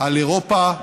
על אירופה,